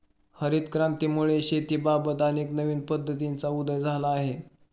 हरित क्रांतीमुळे शेतीबाबत अनेक नवीन पद्धतींचा उदय झाला आहे